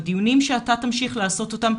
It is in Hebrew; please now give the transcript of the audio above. בדיונים שאתה תמשיך לעשות אותם,